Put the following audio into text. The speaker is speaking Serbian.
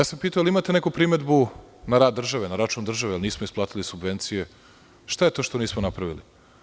Pitao sam – imate li neku primedbu na rad države, na račun države, jel nismo isplatili subvencije, šta je to što nismo napravili?